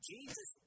Jesus